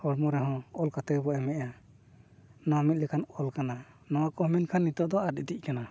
ᱦᱚᱲᱢᱚ ᱨᱮᱦᱚᱸ ᱚᱞ ᱠᱟᱛᱮᱫ ᱜᱮᱵᱚᱱ ᱮᱢᱮᱜᱼᱟ ᱱᱚᱣᱟ ᱢᱤᱫ ᱞᱮᱠᱟᱱ ᱚᱞ ᱠᱟᱱᱟ ᱱᱚᱣᱟ ᱠᱚ ᱢᱮᱱᱠᱷᱟᱱ ᱱᱤᱛᱳᱜ ᱫᱚ ᱟᱫ ᱤᱫᱤᱜ ᱠᱟᱱᱟ